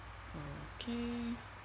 okay